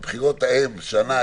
בבחירות ההן הייתי שנה